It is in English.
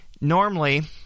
Normally